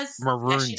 maroon